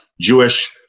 Jewish